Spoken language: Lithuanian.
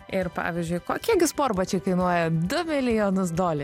ir pavyzdžiui kokie gi sportbačiai kainuoja du milijonus dole